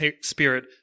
spirit